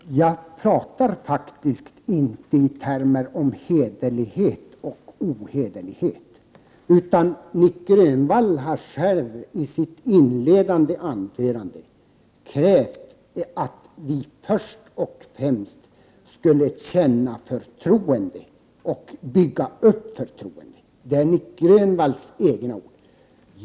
Herr talman! Jag talar faktiskt inte i termer av hederlighet och ohederlighet. Nic Grönvall krävde i sitt inledningsanförande att vi först och främst skulle känna förtroende eller bygga upp ett sådant. Det var Nic Grönvalls egna ord.